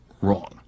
wrong